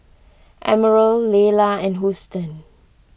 Emerald Laylah and Houston